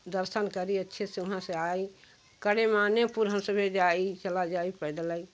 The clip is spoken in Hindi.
दर्शन करी अच्छे से वहाँ से आई करे माने पुरहन सभी जाई चला जाई पैदलय